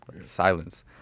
silence